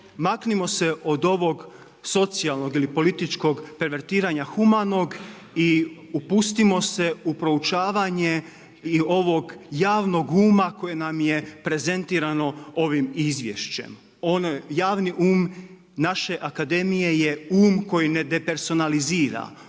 maknimo se od ovog socijalnog ili političkog pervetiranja humanog i upustimo se u proučavanje i ovog javnog uma koje nam je prezentirano ovim izvješćem. Ovaj javni um naše akademije je um koji ne depersonalizira.